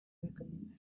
weakening